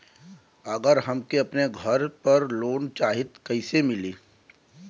अगर हमके अपने घर पर लोंन चाहीत कईसे मिली?